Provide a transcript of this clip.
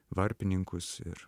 varpininkus ir